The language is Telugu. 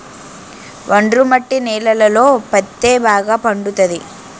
ఒండ్రు మట్టి నేలలలో పత్తే బాగా పండుతది